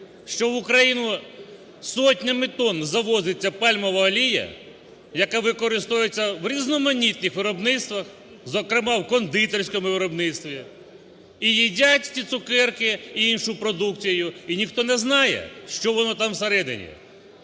що в Україну сотнями тонн завозиться пальмова олія, яка використовується в різноманітних виробництвах, зокрема в кондитерському виробництві. І їдять ці цукерки і іншу продукцію, і ніхто не знає, що воно там всередині.